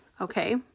okay